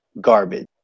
garbage